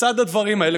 שלצד הדברים האלה,